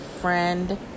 friend